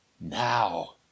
Now